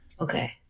Okay